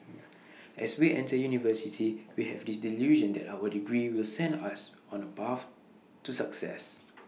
as we enter university we have this delusion that our degree will send us on A path to success